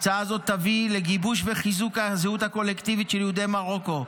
ההצעה הזאת תביא לגיבוש וחיזוק הזהות הקולקטיבית של יהודי מרוקו,